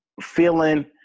feeling